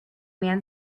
man